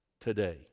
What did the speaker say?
today